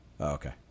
Okay